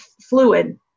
fluid